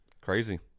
Crazy